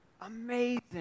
amazing